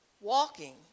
walking